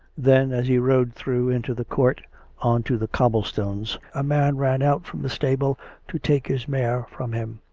then, as he rode through into the court on to the cobbled stones, a man ran out from the stable to take his mare from him.